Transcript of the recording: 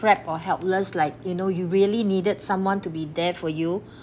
trapped or helpless like you know you really needed someone to be there for you